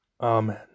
Amen